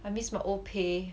I miss my old pay